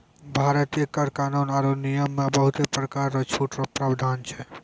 भारतीय कर कानून आरो नियम मे बहुते परकार रो छूट रो प्रावधान छै